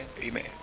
amen